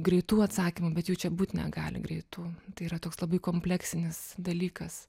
greitų atsakymų bet jų čia būt negali greitų tai yra toks labai kompleksinis dalykas